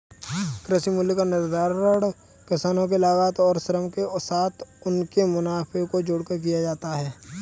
कृषि मूल्य का निर्धारण किसानों के लागत और श्रम के साथ उनके मुनाफे को जोड़कर किया जाता है